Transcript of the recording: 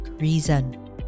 reason